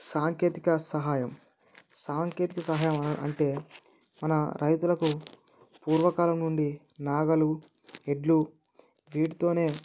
సాంకేతిక సహాయం సాంకేతిక సహాయం అంటే మన రైతులకు పూర్వకాలం నుండి నాగళ్లు ఎడ్లు వీటితోనే